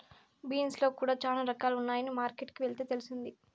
beans లో కూడా చానా రకాలు ఉన్నాయని మార్కెట్ కి వెళ్తే తెలిసింది